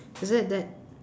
is it that